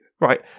right